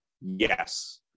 Yes